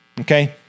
okay